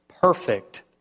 perfect